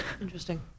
Interesting